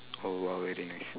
oh !wow! very nice